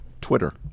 Twitter